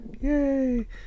yay